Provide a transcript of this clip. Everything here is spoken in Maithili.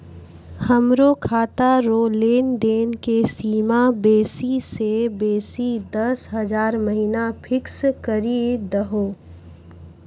हमरो खाता रो लेनदेन के सीमा बेसी से बेसी दस हजार महिना फिक्स करि दहो